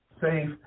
Safe